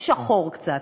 שחור קצת: